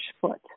foot